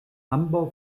ambaŭ